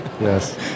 Yes